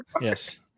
Yes